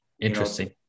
interesting